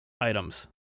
items